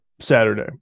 Saturday